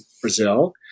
Brazil